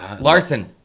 Larson